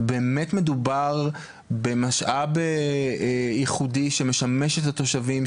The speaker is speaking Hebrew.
ובאמת מדובר במשאב ייחודי שמשמש את התושבים,